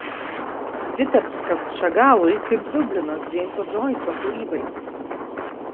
vitebskas šagalui kaip dublinas džeimso džoiso kūrybai